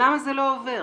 למה זה לא עובר?